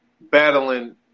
Battling